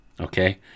Okay